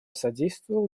содействовало